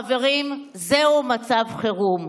חברים, זהו מצב חירום.